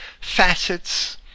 facets